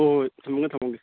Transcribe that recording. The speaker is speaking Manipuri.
ꯍꯣꯏ ꯍꯣꯏ ꯊꯝꯃꯝꯒꯦ ꯊꯝꯃꯝꯒꯦ